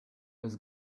was